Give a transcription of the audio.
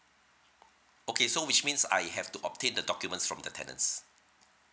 okay so which means I have to obtain the documents from the tenants